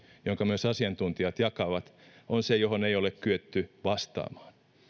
jonka myös asiantuntijat jakavat on se johon ei ole kyetty vastaamaan